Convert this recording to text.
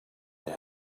they